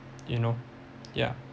you know yeah